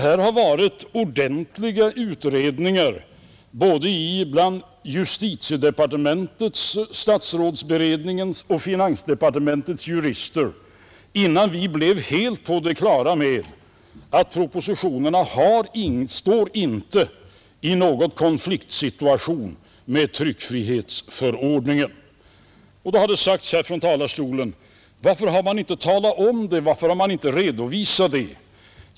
Här har varit ordentliga utredningar bland både justitiedepartementets, statsrådsberedningens och finansdepartementets jurister innan vi blev helt på det klara med att propositionerna inte står i någon konfliktsituation gentemot tryckfrihetsförordningen. Då har det sagts här från talarstolen: Varför har man inte talat om det, varför har man inte redovisat det?